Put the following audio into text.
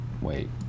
Wait